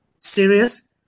serious